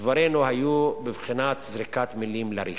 דברינו היו בבחינת זריקת מלים לריק.